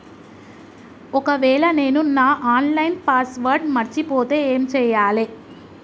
ఒకవేళ నేను నా ఆన్ లైన్ పాస్వర్డ్ మర్చిపోతే ఏం చేయాలే?